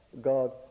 God